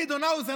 גדעון האוזר,